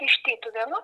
iš tytuvėnų